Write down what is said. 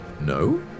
No